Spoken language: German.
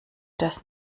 das